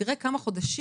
תראה כמה חודשים